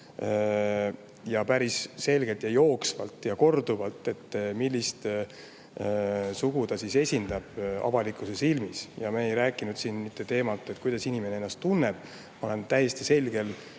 ja päris selgelt, jooksvalt ja korduvalt, millist sugu ta esindab avalikkuse silmis. Me ei rääkinud sellest, kellena inimene ennast tunneb. Ma olen täiesti selgel